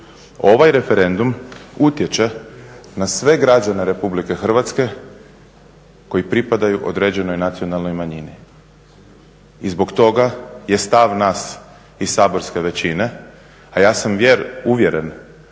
Ovaj referendum utječe na sve građana Republike Hrvatske koji pripadaju određenoj Nacionalnoj manjini. I zbog toga je stav nas iz saborske većine, a ja sam uvjeren